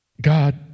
God